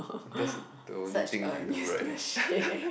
that's the only thing you do right